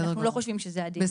אנחנו לא חושבים שזה הדין לשכירים.